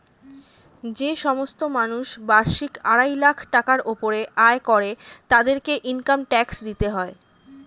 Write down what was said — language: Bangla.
যে সমস্ত মানুষ বার্ষিক আড়াই লাখ টাকার উপরে আয় করে তাদেরকে ইনকাম ট্যাক্স দিতে হয়